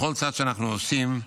בכל צעד שאנחנו עושים,